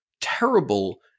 terrible